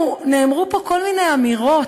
נאמרו פה כל מיני אמירות,